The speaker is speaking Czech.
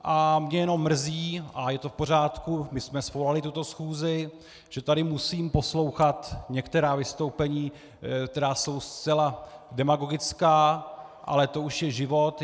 A mě jenom mrzí a je to v pořádku, my jsme svolali tuto schůzi , že tady musím poslouchat některá vystoupení, která jsou zcela demagogická, ale to už je život.